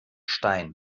stein